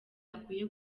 akwiye